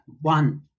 one